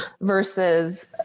versus